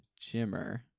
Jimmer